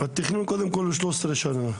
התכנון הוא 13 שנים.